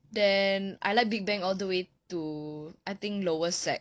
then I like big bang all the way to I think lower sec